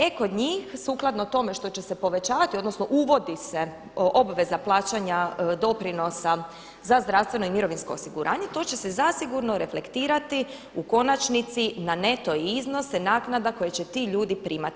E kod njih, sukladno tome što će se povećavati odnosno uvodi se obveza plaćanja doprinosa za zdravstveno i mirovinsko osiguranje, to će se zasigurno reflektirati u konačnici na neto iznose naknada koje će ti ljudi primati.